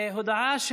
תודה,